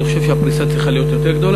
אני חושב שהפריסה צריכה להיות יותר רחבה.